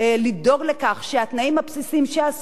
שהזכויות הסוציאליות שהמדינה,